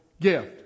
gift